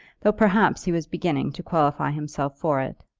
though perhaps he was beginning to qualify himself for it.